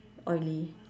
oily